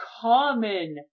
common